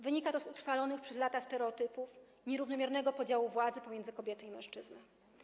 Wynika to z utrwalonych przez lata stereotypów, nierównomiernego podziału władzy pomiędzy kobietę i mężczyznę.